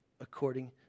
according